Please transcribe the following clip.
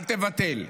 אל תבטל.